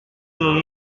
non